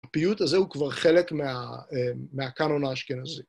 הפיוט הזה הוא כבר חלק מהקאנון האשכנזי.